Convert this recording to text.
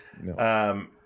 No